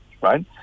right